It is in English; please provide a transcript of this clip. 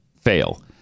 fail